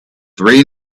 three